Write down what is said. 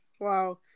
wow